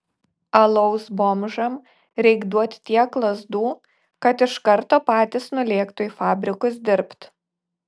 alaus bomžam reik duot tiek lazdų kad iš karto patys nulėktų į fabrikus dirbt